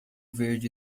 verde